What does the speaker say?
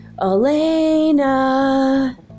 Elena